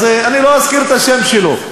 אז אני לא אזכיר את השם שלו.